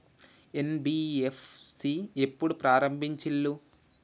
NBFC ఎప్పుడు ప్రారంభించిల్లు?